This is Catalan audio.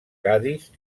cadis